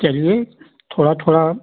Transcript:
चलिए थोड़ा थोड़ा